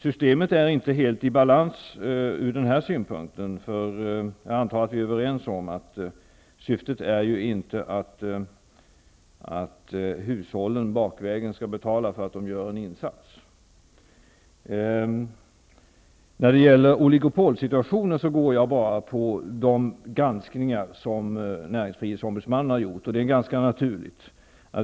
Systemet är inte helt i balans ur den här synpunkten. Jag antar att vi är överens om att syftet inte är att hushållen bakvägen skall betala för att de gör en insats. När det gäller oligopolsituationen utgår jag bara ifrån de granskningar som näringsfrihetsombudsmannen har gjort. Det är ganska naturligt.